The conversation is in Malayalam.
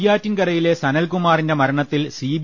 നെയ്യാറ്റിൻകരയിലെ സനൽകുമാറിന്റെ മരണത്തിൽ സി